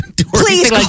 Please